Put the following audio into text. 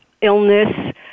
illness